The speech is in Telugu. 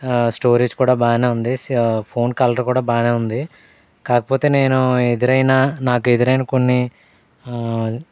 స్టోరేజ్ కూడా బాగానే ఉంది ఫోన్ కలర్ కూడా బాగానే ఉంది కాకపోతే నేను ఎదురైన నాకు ఎదురైన కొన్ని